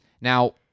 Now